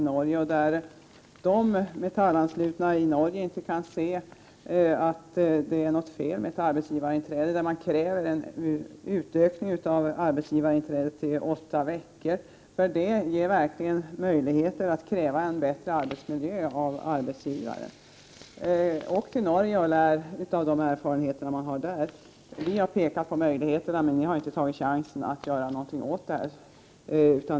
Av reportaget framgår att de Metallanslutna i Norge inte kan se att det är något fel med ett arbetsgivarinträde. Man kräver dessutom en utökning av arbetsgivarinträdet till åtta veckor. Det ger verkligen möjligheter att kräva en bättre arbetsmiljö av arbetsgivaren. Åk till Norge och lär av de erfarenheter man har gjort där! Vi har pekat på möjligheterna, men ni har inte tagit chansen att göra något åt detta.